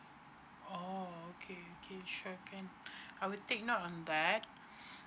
oh okay okay sure can I will take note on that